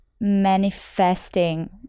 manifesting